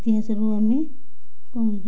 ଇତିହାସରୁ ଆମେ କ'ଣ